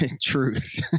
truth